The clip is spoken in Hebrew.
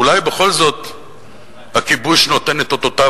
אולי בכל זאת הכיבוש נותן את אותותיו,